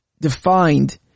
defined